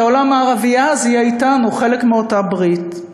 כי העולם הערבי אז יהיה אתנו, חלק מאותה ברית.